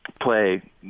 play